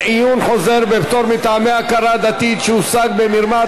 עיון חוזר בפטור מטעמי הכרה דתית שהושג במרמה),